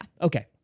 Okay